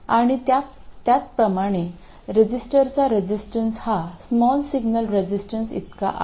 आणि त्याचप्रमाणे रेझिस्टरचा रेसिस्टन्स हा स्मॉल सिग्नल रेझिस्टन्स इतका आहे